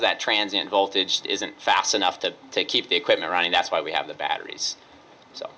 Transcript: that transition voltage isn't fast enough that they keep the equipment running that's why we have the batteries so